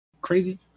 Crazy